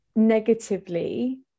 negatively